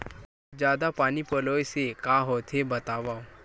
जादा पानी पलोय से का होथे बतावव?